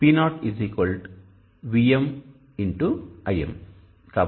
Po VmX Im